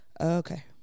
Okay